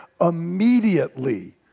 immediately